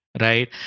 right